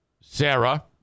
Sarah